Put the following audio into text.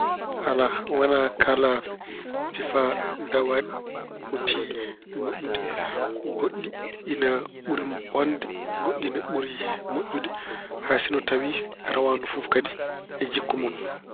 Alaa, wona kala sifa dawaaɗi poti moƴƴude. Goɗɗi ine ɓuri bonde, goɗɗi ine ɓuri moƴƴude. Hay sinno tawi rawaandu fof kadi e jikku mun.